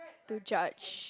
do judge